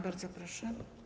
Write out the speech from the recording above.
Bardzo proszę.